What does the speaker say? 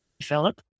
Philip